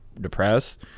depressed